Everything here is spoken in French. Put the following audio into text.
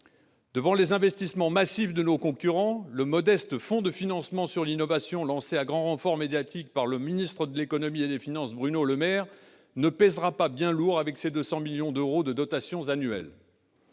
Devant les investissements massifs de nos concurrents, le modeste fonds pour le financement de l'innovation, lancé à grands renforts médiatiques par le ministre de l'économie et des finances, Bruno Le Maire, ne pèsera pas bien lourd avec ses 200 millions d'euros de dotation annuelle.